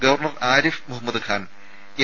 governor Arif Mohammad Khan M